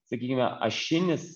sakykime ašinis